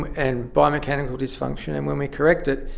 and biomechanical dysfunction and when we correct it,